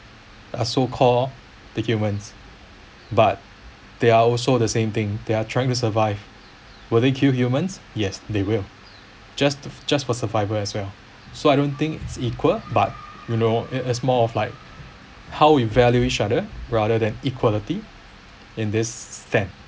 are so called the humans but they are also the same thing they are trying to survive will they kill humans yes they will just just for survival as well so I don't think it's equal but you know it it's more of like how you value each other rather than equality in this sense